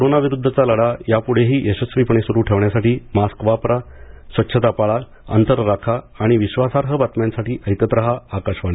कोरोनाविरुद्धचा लढा यापुढेही यशस्वीपणे सुरू ठेवण्यासाठी मास्क वापरा स्वच्छता पाळा अंतर राखा आणि विश्वासार्ह बातम्यांसाठी ऐकत राहा आकाशवाणी